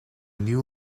new